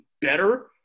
better